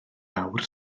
awr